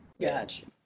Gotcha